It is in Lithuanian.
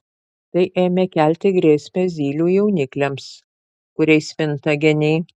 tai ėmė kelti grėsmę zylių jaunikliams kuriais minta geniai